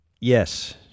Yes